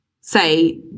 say